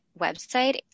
website